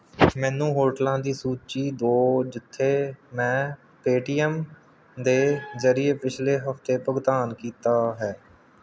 ਮੈਨੂੰ ਹੋਟਲਾਂ ਦੀ ਸੂਚੀ ਦਿਓ ਜਿੱਥੇ ਮੈਂ ਪੇਟੀਐੱਮ ਦੇ ਜ਼ਰੀਏ ਪਿਛਲੇ ਹਫਤੇ ਭੁਗਤਾਨ ਕੀਤਾ ਹੈ